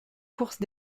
courses